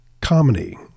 comedy